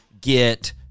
get